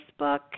Facebook